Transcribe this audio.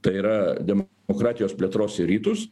tai yra demokratijos plėtros į rytus